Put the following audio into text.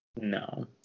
No